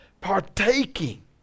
partaking